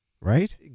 right